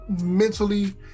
Mentally